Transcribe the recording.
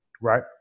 right